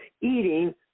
eating